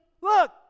look